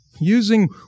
using